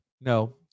No